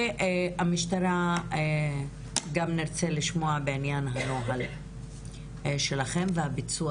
והמשטרה, גם נרצה לשמוע בעניין הנוהל שלכם והביצוע